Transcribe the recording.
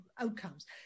outcomes